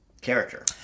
character